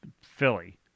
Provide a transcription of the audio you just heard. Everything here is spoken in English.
Philly